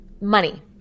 money